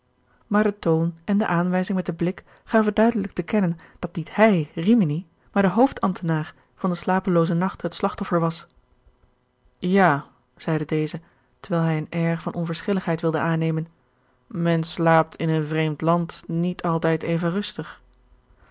maar de toon en de aanwijzing met den blik gaven duidelijk te kennen dat niet hij rimini maar de hoofdambtenaar van den slapeloozen nacht het slachtoffer was ja zeide deze terwijl hij een air van onverschilligheid wilde aannemen men slaapt in een vreemd land niet altijd even rustig